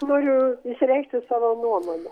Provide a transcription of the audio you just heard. noriu išreikšti savo nuomonę